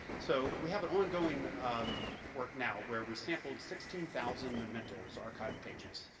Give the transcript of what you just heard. so we have an ongoing um work now where we sampled sixteen thousand mementos, archive pages,